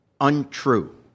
untrue